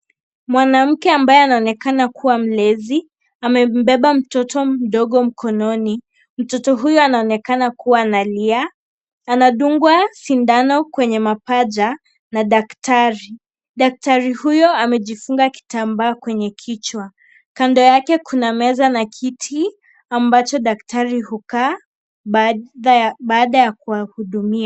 Mwanamke ambaye anaonekana kuwa mlezi amembeba mtoto mdogo mkononi. Mtoto huyo anaonekana kuwa analia. Anadungwa sindano kwenye mapaja na daktari. Daktari huyo amejifunga kitambaa kwenye kichwa. Kando yake kuna meza na kiti ambacho daktari hukaa baada ya kuwahudumia.